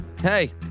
hey